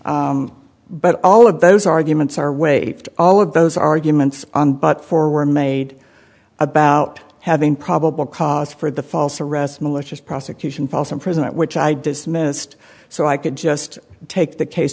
but all of those arguments are waived all of those arguments but four were made about having probable cause for the false arrest malicious prosecution false imprisonment which i dismissed so i could just take the case